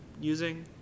using